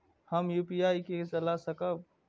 हम यू.पी.आई के चला सकब?